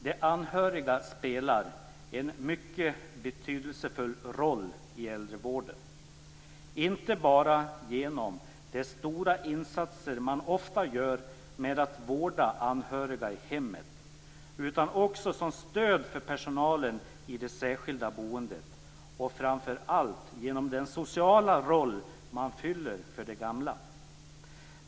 De anhöriga spelar en mycket betydelsefull roll i äldrevården, inte bara genom de stora insatser som man ofta gör med att vårda anhöriga i hemmet utan också som stöd till personalen i det särskilda boendet och framför allt genom den sociala roll som man fyller för de gamla.